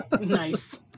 Nice